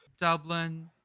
dublin